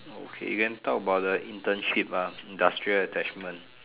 okay we can talk about the internship ah industrial attachment